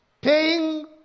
paying